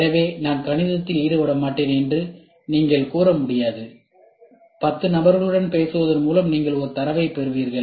எனவே நான் கணிதத்தில் ஈடுபட மாட்டேன் என்று நீங்கள் கூற முடியாது 10 நபர்களுடன் பேசுவதன் மூலம் நீங்கள் ஒரு தரவைப் பெறுவீர்கள்